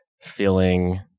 feeling